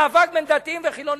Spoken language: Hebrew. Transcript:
מאבק בין דתיים לחילונים,